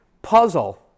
puzzle